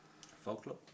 Folklore